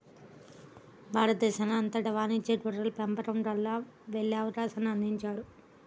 భారతదేశం అంతటా వాణిజ్య గొర్రెల పెంపకం కోసం వెళ్ళే అవకాశాన్ని అందించారు